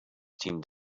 teamed